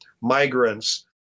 migrants